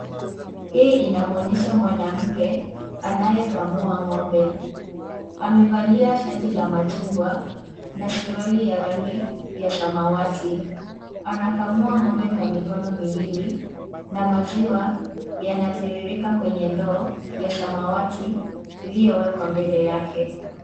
Hii inamwonyesha mwanamke, anayekamua ng'ombe. Amevalia shati la machungwa na suruali ya rangi ya samawati. Anakamua ng'ombe kwa mikono miwili ,na maziwa yanatiririka kwenye ndoo ya samawati, iliyowekwa mbele yake.